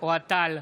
אוהד טל,